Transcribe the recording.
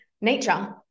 nature